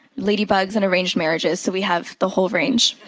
lady bugs, and arranged marriages. so we have the whole range.